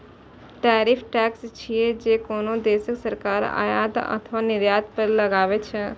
tariff tax छियै, जे कोनो देशक सरकार आयात अथवा निर्यात पर लगबै छै